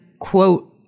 quote